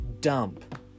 dump